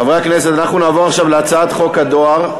חברי הכנסת, אנחנו נעבור עכשיו להצעת חוק הדואר.